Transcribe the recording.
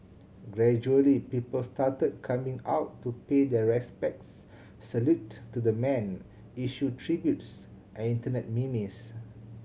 gradually people started coming out to pay their respects salute to the man issue tributes and Internet memes